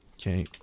Okay